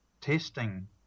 testing